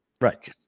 Right